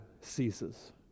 ceases